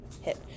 hit